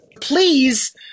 Please